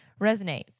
resonate